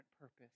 purpose